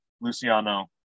Luciano